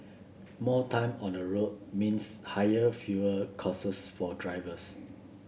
more time on the road means higher fuel costs for drivers